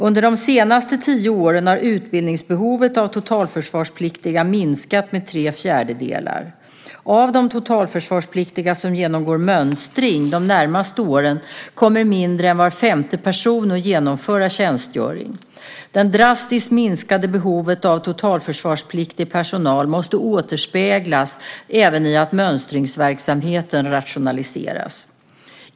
Under de senaste tio åren har utbildningsbehovet av totalförsvarspliktiga minskat med tre fjärdedelar. Av de totalförsvarspliktiga som genomgår mönstring de närmaste åren kommer mindre än var femte person att genomföra tjänstgöring. Det drastiskt minskade behovet av totalförsvarspliktig personal måste återspeglas även i att mönstringsverksamheten rationaliseras.